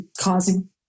causing